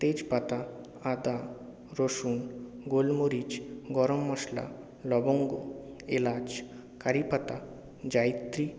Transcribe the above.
তেজপাতা আদা রসুন গোলমরিচ গরম মশলা লবঙ্গ এলাচ কারিপাতা জয়িত্রি